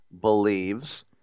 Believes